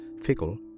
fickle